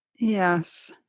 yes